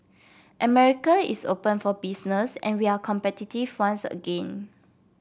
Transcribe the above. America is open for business and we are competitive once again